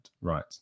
right